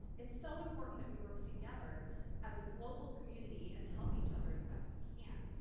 it's so important that we work together as a global community and help each other as best we can.